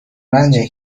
رنجه